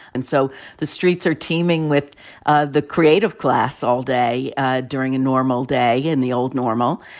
and so the streets are teeming with ah the creative class all day during a normal day in the old normal,